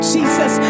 Jesus